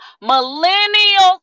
Millennial